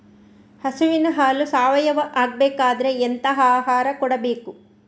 ಹಸುವಿನ ಹಾಲು ಸಾವಯಾವ ಆಗ್ಬೇಕಾದ್ರೆ ಎಂತ ಆಹಾರ ಕೊಡಬೇಕು?